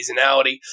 seasonality